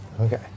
Okay